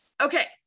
Okay